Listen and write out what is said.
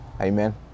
Amen